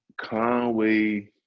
Conway